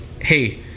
hey